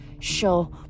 show